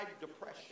depression